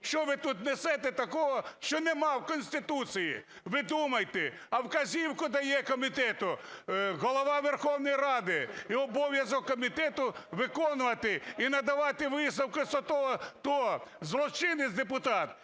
Що ви тут несете такого, що немає в Конституції? Ви думайте. А вказівку дає комітету Голова Верховної Ради, і обов'язок комітету – виконувати і надавати висновок стосовно того, злочинець депутат